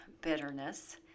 bitterness